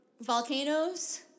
volcanoes